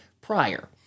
prior